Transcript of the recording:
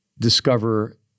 Discover